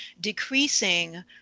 decreasing